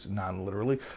non-literally